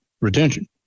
retention